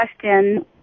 question